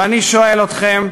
ואני שואל אתכם: